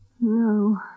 No